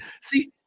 see